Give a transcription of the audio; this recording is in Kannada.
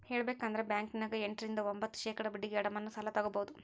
ಹೇಳಬೇಕಂದ್ರ ಬ್ಯಾಂಕಿನ್ಯಗ ಎಂಟ ರಿಂದ ಒಂಭತ್ತು ಶೇಖಡಾ ಬಡ್ಡಿಗೆ ಅಡಮಾನ ಸಾಲ ತಗಬೊದು